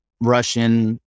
Russian